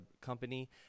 company